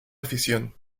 afición